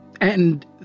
And